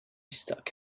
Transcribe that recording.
stuck